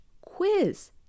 quiz